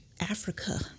Africa